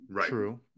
true